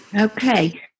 Okay